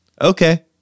okay